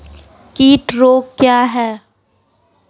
कीट रोग क्या है?